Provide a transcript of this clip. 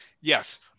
Yes